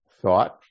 thought